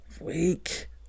weak